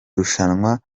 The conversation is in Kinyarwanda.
rushanwa